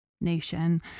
nation